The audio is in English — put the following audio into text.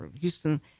Houston